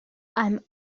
einem